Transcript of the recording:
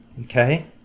okay